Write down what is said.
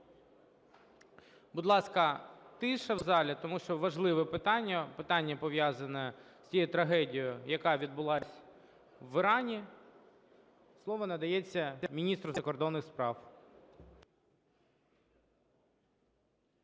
Будь ласка, тиша в залі, тому що важливе питання – питання, пов'язане з тією трагедією, яка відбулась в Ірані. Слово надається міністру закордонних справ.